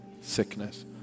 sickness